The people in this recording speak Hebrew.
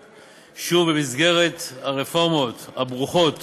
שוב, במסגרת הרפורמות הברוכות